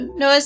no